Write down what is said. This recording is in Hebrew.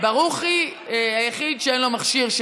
ברוכי היחיד שאין לו מכשיר,